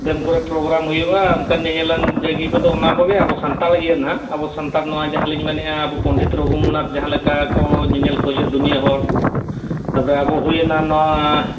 dam ᱠᱚᱨᱮᱜ program ᱦᱩᱭᱩᱜᱼᱟ ᱚᱱᱠᱟᱱ ᱧᱮᱼᱧᱮᱞ ᱡᱟᱭᱜᱟ ᱠᱚᱫᱚ ᱚᱱᱥᱟ ᱠᱚᱜᱮ ᱟᱫᱚ ᱟᱵᱚ ᱥᱟᱱᱛᱟᱲ ᱞᱟᱹᱜᱤᱫ ᱱᱟᱦᱟᱜ ᱟᱵᱚ ᱥᱟᱱᱛᱟᱲ ᱡᱟᱦᱟᱸ ᱞᱟᱹᱜᱤᱫ ᱢᱟᱱᱮ ᱟᱵᱚ ᱯᱚᱰᱤᱛ ᱨᱚᱜᱷᱩᱱᱟᱛᱷ ᱡᱟᱡᱟᱸ ᱞᱮᱠᱟ ᱧᱮᱼᱧᱮᱞ ᱠᱚ ᱦᱤᱡᱩᱜᱼᱟ ᱫᱩᱱᱭᱟᱹ ᱦᱚᱲ ᱟᱫᱚ ᱟᱵᱚ ᱦᱩᱭᱱᱟ ᱱᱚᱣᱟ